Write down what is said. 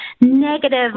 negative